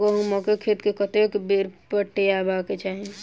गहुंमक खेत केँ कतेक बेर पटेबाक चाहि?